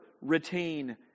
retain